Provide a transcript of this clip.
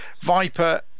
Viper